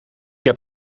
heb